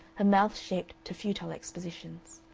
mouth shaped to futile expositions.